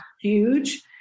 huge